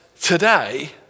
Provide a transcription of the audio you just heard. today